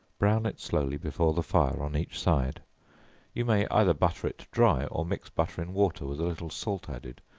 brown it slowly before the fire on each side you may either butter it dry, or mix butter in water, with a little salt added,